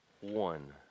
one